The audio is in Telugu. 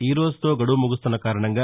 ఈ రోజుతో గడువు ముగుస్తున్నకారణంగా